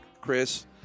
Chris